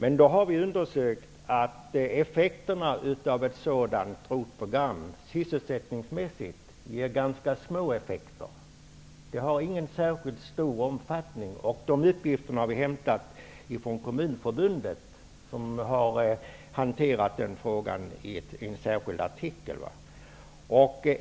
Vi har funnit att detta skulle ge ganska små sysselsättningsmässiga effekter, då det inte har särskilt stor omfattning. De uppgifterna har vi hämtat från Kommunförbundet, som har hanterat frågan i en särskild artikel.